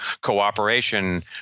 cooperation